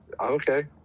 Okay